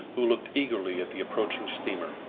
who looked eagerly at the approaching steamer.